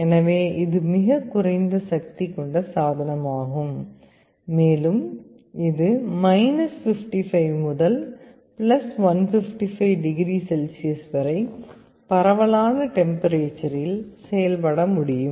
எனவே இது மிகக் குறைந்த சக்தி கொண்ட சாதனமாகும் மேலும் இது 55 முதல் 155 டிகிரி செல்சியஸ் வரை பரவலான டெம்பரேச்சரில் செயல்பட முடியும்